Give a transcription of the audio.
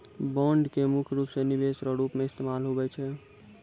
bond के मुख्य रूप से निवेश रो रूप मे इस्तेमाल हुवै छै